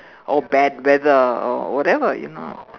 or bad weather or whatever you know